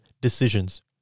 decisions